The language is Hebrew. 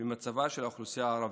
ממצבה של האוכלוסייה הערבית: